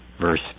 verse